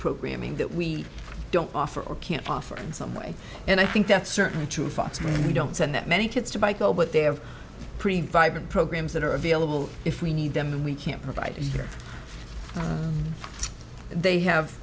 programming that we don't offer or can't offer in some way and i think that certainly to folks who don't send that many kids to buy co but they have pretty vibrant programs that are available if we need them and we can provide or they have